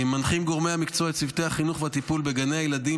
מנחים גורמי המקצוע את צוותי החינוך והטיפול בגני הילדים